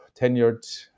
tenured